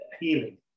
healing